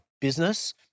business